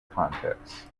contexts